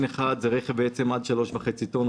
N1 זה רכב עד 3.5 טון,